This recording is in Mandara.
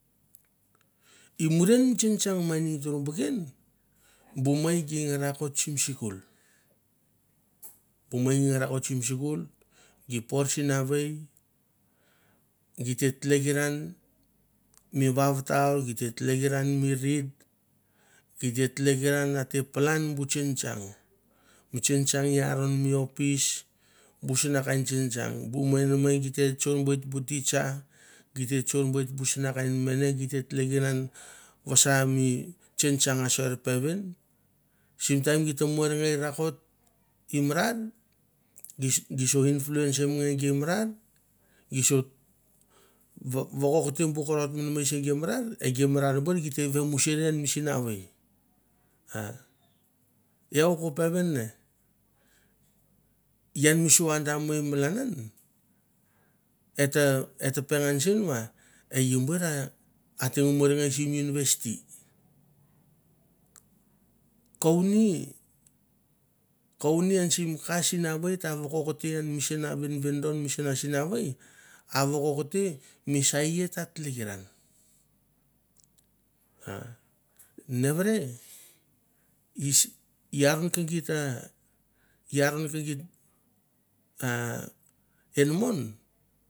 Imuran tsimtsang mining ta rumpaken lon mai gi rakot sim skul bu mai gi rakot sim skul gipot sinawei gitetikran mi wautau gitetlikran mi rit gitetlikran atepalanbu tsingtsang bu tsingtsang aron mi office bu sina kaintsing tsang bu namai gita tsan gite tsain butpon teacher gita tsoin mi busrakain mene getetlikran mi tsingtsang a sor pevin sim taim gita morngaei rakot i marar gisore influencim nge gi marar gi sar vokoit i bu korot i bu marar e gi marar buer ge musare mi sinawei a iau go pevin ne ian mi siadan malan an eter pengan sin e yem louer a ater murngaei sim university koni koni an sim ka sinaveit a voktian misina venvendon a vokouyi mi sa ye tatikran a nebere i aror kikita i arar kikit a enmon